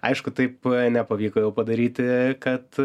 aišku taip nepavyko jau padaryti kad